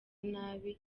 nabi